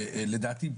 לדעתי,